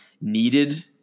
needed